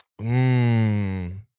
Mmm